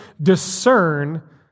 discern